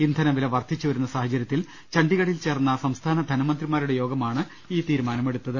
ഇന്ധനവില വർദ്ധിച്ചുവരുന്ന സാഹചര്യത്തിൽ ചണ്ഡീഗഡിൽ ചേർന്ന സംസ്ഥാന ധനമന്ത്രിമാരുടെ യോഗമാണ് ഈ തീരുമാനമെടുത്തത്